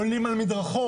עולים על מדרכות.